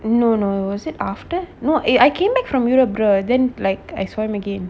no no was it after no eh I came back from europe bre~ then like I saw him again